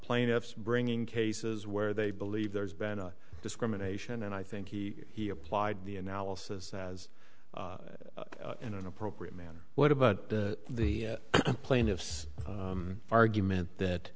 plaintiffs bringing cases where they believe there's been a discrimination and i think he applied the analysis as in an appropriate manner what about the plaintiff's argument that